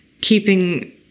keeping